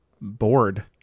bored